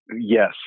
yes